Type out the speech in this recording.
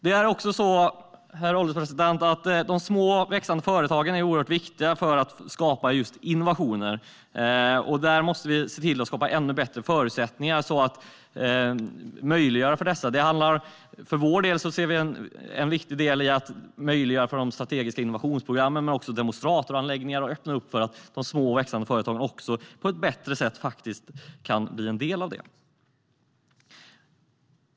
Det är också så, herr ålderspresident, att de små och växande företagen är oerhört viktiga för att skapa just innovationer. Vi måste se till att skapa ännu bättre förutsättningar för att möjliggöra det för dem. För vår del ser vi att en viktig del är att möjliggöra för de strategiska innovationsprogrammen, men det handlar också om demonstratoranläggningar och om att öppna upp för de små och växande företagen att på ett bättre sätt faktiskt bli en del av det.